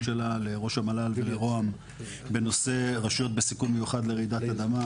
שלה לראש המל"ל ולרוה"מ בנושא רשויות בסיכון מיוחד לרעידת אדמה